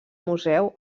museu